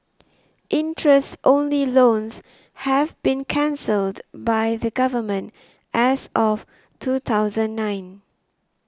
interest only loans have been cancelled by the Government as of two thousand nine